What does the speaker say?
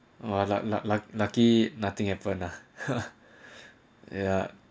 luck luck lucky nothing happen lah yeah